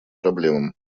проблемам